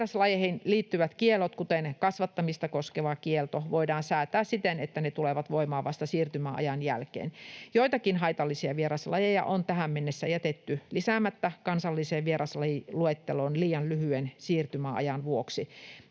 Vieraslajeihin liittyvät kiellot, kuten kasvattamista koskeva kielto, voidaan säätää siten, että ne tulevat voimaan vasta siirtymäajan jälkeen. Joitakin haitallisia vieraslajeja on tähän mennessä jätetty lisäämättä kansalliseen vieraslajiluetteloon liian lyhyen siirtymäajan vuoksi.